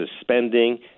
spending